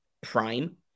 prime